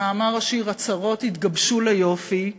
וכמאמר השיר, "הצרות יתגבשו ליופי".